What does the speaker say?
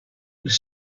les